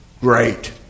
great